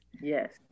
Yes